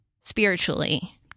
spiritually